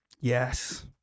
Yes